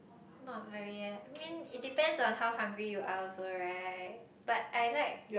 not very eh it mean it depends on how hungry you are also right but I like